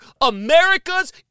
america's